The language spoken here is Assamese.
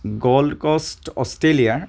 গ'ল্ড কষ্ট অষ্ট্ৰেলিয়াত